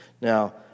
Now